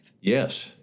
Yes